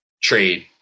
trade